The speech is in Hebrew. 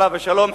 עליו השלום,